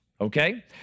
Okay